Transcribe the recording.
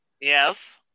Yes